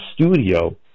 studio